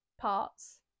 parts